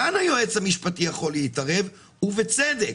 כאן היועץ המשפטי יכול להתערב ובצדק.